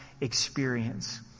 experience